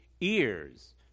ears